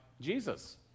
Jesus